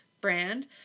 brand